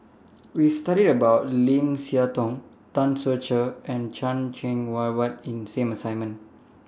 We studied about Lim Siah Tong Tan Ser Cher and Chan Cheng Wah Wide in same assignment